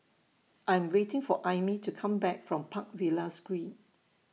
I'm waiting For Aimee to Come Back from Park Villas Green